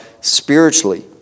spiritually